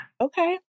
okay